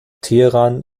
teheran